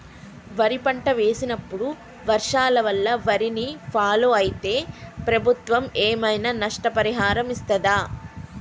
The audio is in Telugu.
వరి పంట వేసినప్పుడు వర్షాల వల్ల వారిని ఫాలో అయితే ప్రభుత్వం ఏమైనా నష్టపరిహారం ఇస్తదా?